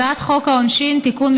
הצעת חוק העונשין (תיקון,